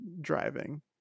driving